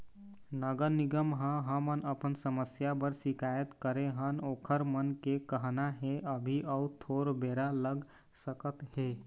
नगर निगम म हमन अपन समस्या बर सिकायत करे हन ओखर मन के कहना हे अभी अउ थोर बेरा लग सकत हे